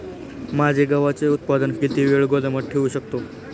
माझे गव्हाचे उत्पादन किती वेळ गोदामात ठेवू शकतो?